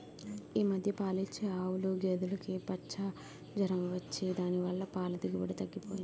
ఈ మధ్య పాలిచ్చే ఆవులు, గేదులుకి పచ్చ జొరం వచ్చి దాని వల్ల పాల దిగుబడి తగ్గిపోయింది